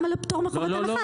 שאלת גם על הפטור מחובת הנחה.